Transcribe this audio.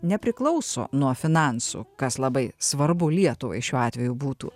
nepriklauso nuo finansų kas labai svarbu lietuvai šiuo atveju būtų